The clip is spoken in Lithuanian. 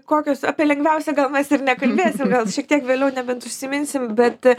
kokios apie lengviausia gal mes ir nekalbėsim gal šiek tiek vėliau nebent užsiminsim bet